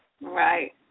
Right